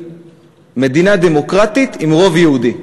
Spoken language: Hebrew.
מדינה דמוקרטית עם רוב יהודי.